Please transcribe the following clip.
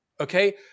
Okay